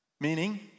Meaning